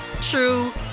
true